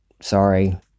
Sorry